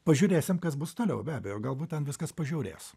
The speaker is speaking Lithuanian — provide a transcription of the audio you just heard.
pažiūrėsim kas bus toliau be abejo galbūt ten viskas pažiaurės